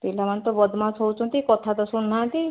ପିଲାମାନେ ତ ବଦମାସ ହେଉଛନ୍ତି କଥାତ ଶୁଣୁ ନାହାଁନ୍ତି